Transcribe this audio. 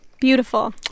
Beautiful